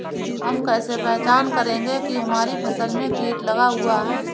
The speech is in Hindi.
हम कैसे पहचान करेंगे की हमारी फसल में कीट लगा हुआ है?